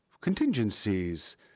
contingencies